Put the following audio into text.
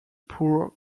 poor